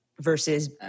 versus